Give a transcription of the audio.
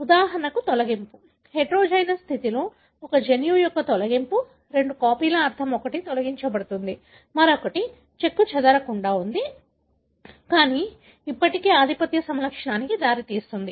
ఉదాహరణకు తొలగింపు హెటెరోజైగస్ స్థితిలో ఒక జన్యువు యొక్క తొలగింపు రెండు కాపీల అర్థం ఒకటి తొలగించబడుతుంది మరొకటి చెక్కుచెదరకుండా ఉంది కానీ ఇప్పటికీ ఆధిపత్య సమలక్షణానికి దారితీస్తుంది